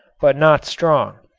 but not strong.